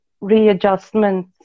readjustment